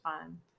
fun